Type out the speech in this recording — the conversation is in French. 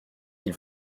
ils